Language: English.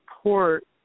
support